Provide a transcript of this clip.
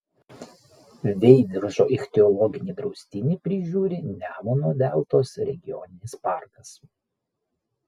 veiviržo ichtiologinį draustinį prižiūri nemuno deltos regioninis parkas